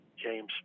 James